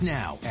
now